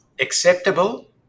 acceptable